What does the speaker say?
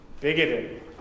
bigoted